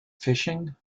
fishing